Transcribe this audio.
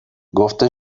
گفته